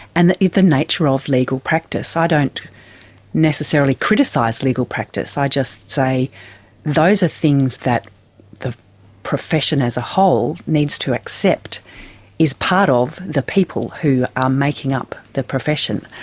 and the the nature of legal practice. i don't necessarily criticise legal practice, i just say those are things that the profession as a whole needs to accept is part of the people who are making up the profession.